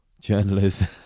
Journalists